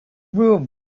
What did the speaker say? broom